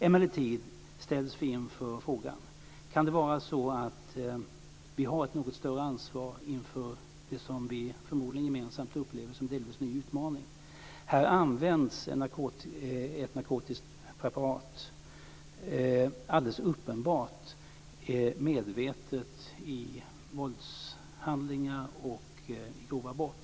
Emellertid ställs vi inför frågan: Kan det vara så att vi har ett något större ansvar inför det som vi förmodligen gemensamt upplever som en delvis ny utmaning? Här används ett narkotiskt preparat alldeles uppenbart medvetet vid våldshandlingar och grova brott.